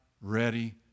ready